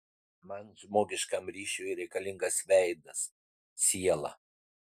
man žmogiškam ryšiui reikalingas veidas siela